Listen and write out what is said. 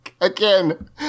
again